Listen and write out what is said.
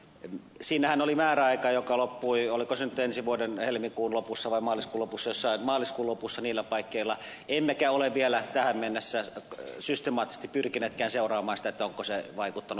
siinähän oli määräaika joka loppuu oliko se nyt ensi vuoden helmikuun lopussa vai maaliskuun lopussa niillä paikkeilla emmekä ole vielä tähän mennessä systemaattisesti pyrkineetkään seuraamaan sitä onko se vaikuttanut